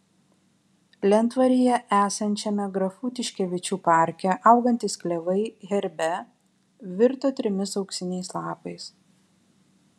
lentvaryje esančiame grafų tiškevičių parke augantys klevai herbe virto trimis auksiniais lapais